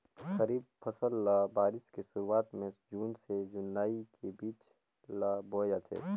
खरीफ फसल ल बारिश के शुरुआत में जून से जुलाई के बीच ल बोए जाथे